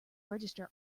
register